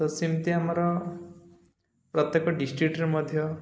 ତ ସେମିତି ଆମର ପ୍ରତ୍ୟେକ ଡିଷ୍ଟ୍ରିକ୍ଟରେ ମଧ୍ୟ